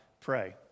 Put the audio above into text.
pray